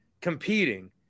competing